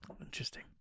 Interesting